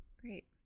Great